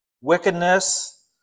wickedness